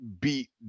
beat